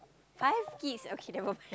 five kids okay never mind